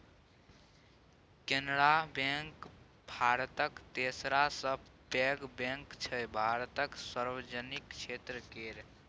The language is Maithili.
कैनरा बैंक भारतक तेसर सबसँ पैघ बैंक छै भारतक सार्वजनिक क्षेत्र केर